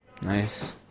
Nice